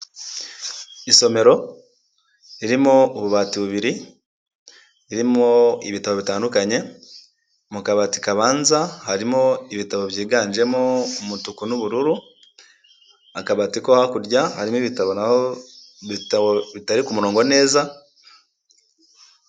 Isomero ririmo ububati bubir, irimo ibitabo bitandukanye, mu kabati kabanza harimo ibitabo byiganjemo umutuku n'ubururu, akabati ko hakurya harimo ibitabo naho ibitabo bitari ku murongo neza.